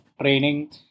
training